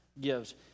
gives